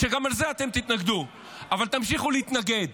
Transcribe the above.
שגם לזה אתם תתנגדו ותמשיכו להתנגד.